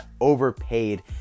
overpaid